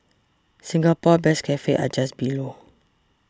Singapore best cafes are just below